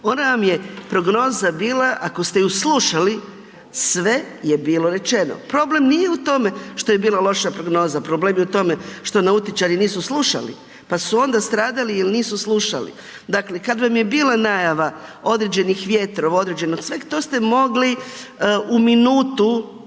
Ona vam je prognozna bila ako ste je slušali sve je bilo rečeno, problem nije u tome što je bila loša prognoza, problem je u tome što nautičari nisu slušali, pa su onda stradali jer nisu slušali. Dakle, kad vam je bila najava određenih vjetrova, određenog sveg to ste mogli u minutu